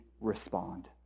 respond